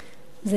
זה לא מוסרי.